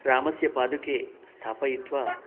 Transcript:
रामस्य पादुके स्थापयित्वा